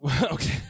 Okay